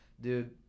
dude